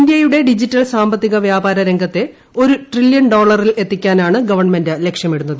ഇന്ത്യയുടെ ഡിജിറ്റൽ സാമ്പത്തിക വ്യാപാര രംഗത്തെ ഒരു ട്രില്യൻ ഡോളറിൽ എത്തിക്കാനാണ് ഗവൺമെന്റ് ലക്ഷ്യമിടുന്നത്